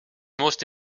most